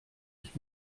ich